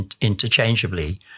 interchangeably